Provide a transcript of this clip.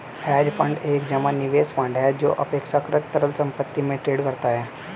hedge fund एक जमा निवेश फंड है जो अपेक्षाकृत तरल संपत्ति में ट्रेड करता है